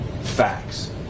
facts